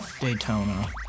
Daytona